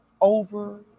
over